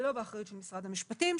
ולא באחריות של משרד המשפטים,